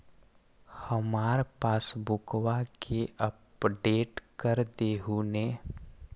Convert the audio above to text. हमार पासबुकवा के अपडेट कर देहु ने?